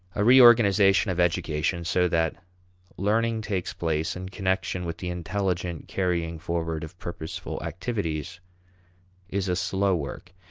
a reorganization of education so that learning takes place in connection with the intelligent carrying forward of purposeful activities is a slow work.